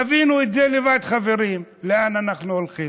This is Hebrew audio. תבינו לבד, חברים, לאן אנחנו הולכים.